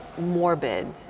morbid